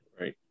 Right